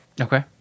Okay